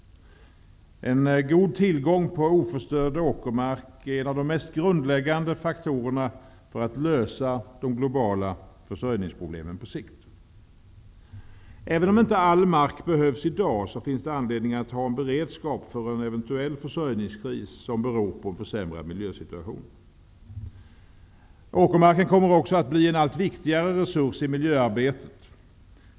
En god tillgång på oförstörd åkermark är en av de mest grundläggande faktorerna för att lösa de globala försörjningsproblemen på sikt. Även om inte all mark behövs i dag finns det anledning att ha en beredskap för en eventuell försörjningskris som beror på en försämrad miljösituation. Åkermarken kommer också att bli en allt viktigare resurs i miljöarbetet.